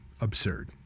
absurd